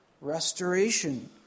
restoration